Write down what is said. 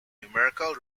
numerical